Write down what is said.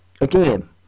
again